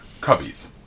cubbies